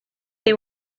they